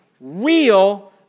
real